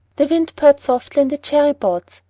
the wind purred softly in the cherry boughs,